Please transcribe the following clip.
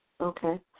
Okay